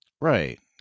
right